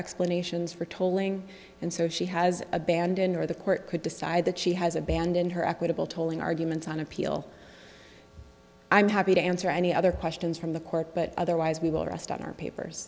explanations for tolling and so she has abandoned or the court could decide that she has abandoned her equitable tolling arguments on appeal i'm happy to answer any other questions from the court but otherwise we will rest on our papers